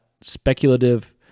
speculative